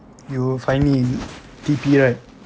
you finally in T_P right